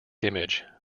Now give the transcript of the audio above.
image